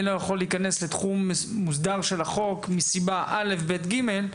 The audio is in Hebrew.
אני לא יכול להיכנס לתחום מוסדר של החוק מסיבה כזו או כזו,